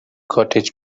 cottage